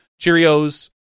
Cheerios